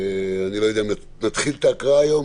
אני לא יודע אם נתחיל את ההקראה היום,